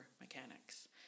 mechanics